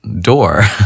door